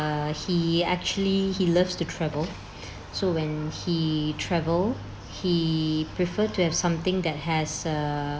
he actually he loves to travel so when he travel he prefer to have something that has err